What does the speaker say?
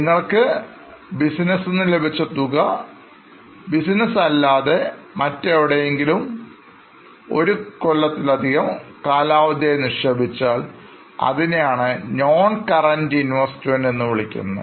നിങ്ങൾ ബിസിനസ് നിന്ന് ലഭിച്ച തുക ബിസിനസ് അല്ലാതെ മറ്റെവിടെയെങ്കിലും ഒരു കൊല്ലത്തിലധികം കാലാവധി ആയി നിക്ഷേപിച്ചാൽ അതിനെയാണ് NonCurrent Investment എന്ന് വിളിക്കുന്നത്